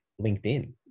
LinkedIn